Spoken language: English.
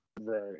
Right